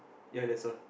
ya that's all